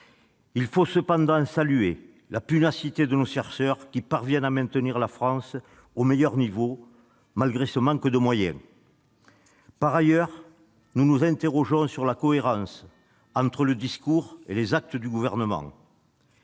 Il faut cependant saluer la pugnacité de nos chercheurs, qui parviennent à maintenir la France au meilleur niveau malgré ce manque de moyens. Par ailleurs, nous nous interrogeons sur la cohérence entre le discours et les actes du Gouvernement.